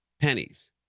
pennies